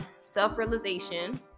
self-realization